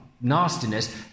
nastiness